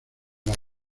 las